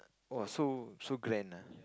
!woah! so so grand ah